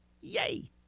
Yay